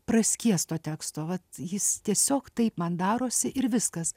praskiesto teksto vat jis tiesiog taip man darosi ir viskas